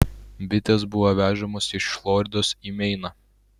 bitės buvo vežamos iš floridos į meiną